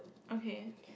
okay